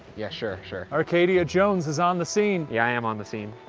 yeah sure, sure. arcadia jones is on the scene. yeah, i am on the scene.